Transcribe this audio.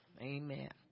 amen